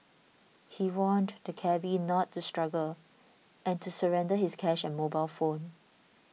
he warned the cabby not to struggle and to surrender his cash and mobile phone